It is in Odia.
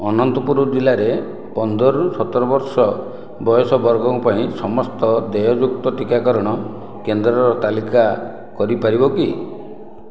ଅନନ୍ତପୁର ଜିଲ୍ଲାରେ ପନ୍ଦରରୁ ସତର ବର୍ଷ ବୟସ ବର୍ଗଙ୍କ ପାଇଁ ସମସ୍ତ ଦେୟଯୁକ୍ତ ଟିକାକରଣ କେନ୍ଦ୍ରର ତାଲିକା କରିପାରିବ କି